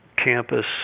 campus